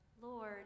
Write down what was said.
Lord